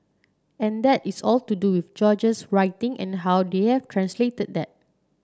and that is all to do with George's writing and how they have translated that